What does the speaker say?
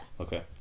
Okay